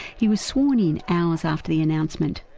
he was sworn in hours after the announcement.